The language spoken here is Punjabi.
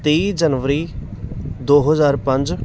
ਤੇਈ ਜਨਵਰੀ ਦੋ ਹਜ਼ਾਰ ਪੰਜ